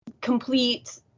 complete